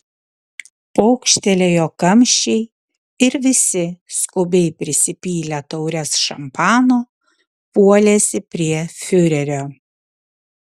pokštelėjo kamščiai ir visi skubiai prisipylę taures šampano puolėsi prie fiurerio